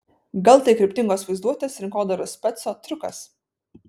gal tai kryptingos vaizduotės rinkodaros speco triukas